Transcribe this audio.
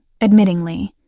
admittingly